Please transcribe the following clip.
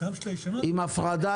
עם הפרדה,